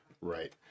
right